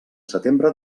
setembre